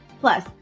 Plus